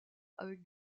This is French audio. avec